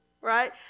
right